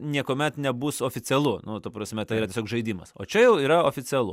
niekuomet nebus oficialu nu ta prasme tai yra tiesiog žaidimas o čia jau yra oficialu